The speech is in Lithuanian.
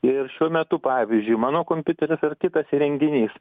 ir šiuo metu pavyzdžiui mano kompiuteris ar kitas įrenginys